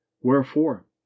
wherefore